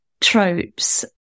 tropes